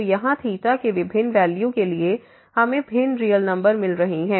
तो यहाँ के विभिन्न वैल्यू के लिए हमें भिन्न रियल नंबर मिल रही हैं